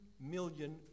million